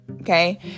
Okay